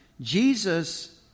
Jesus